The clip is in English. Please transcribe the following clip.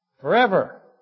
Forever